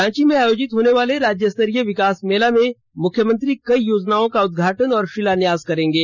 रांची में आयोजित होनेवाले राज्यस्तरीय विकास मेला में मुख्यमंत्री कई योजनाओं उद्घाटन और शिलान्यास करेंगे